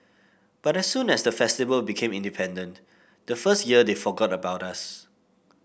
but as soon as the Festival became independent the first year they forgot about us